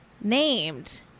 named